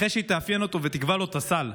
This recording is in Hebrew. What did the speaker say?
אחרי שהיא תאפיין אותו ותקבע לו את הסל,